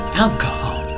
alcohol